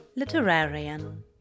Literarian